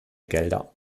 gelder